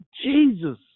Jesus